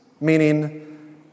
Meaning